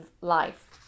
life